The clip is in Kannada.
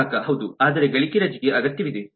ಗ್ರಾಹಕ ಹೌದು ಆದರೆ ಗಳಿಕೆ ರಜೆಗೆ ಅಗತ್ಯವಿದೆ